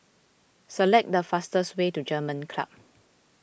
select the fastest way to German Club